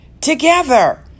together